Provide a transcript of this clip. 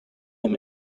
him